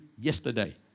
yesterday